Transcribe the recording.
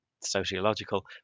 sociological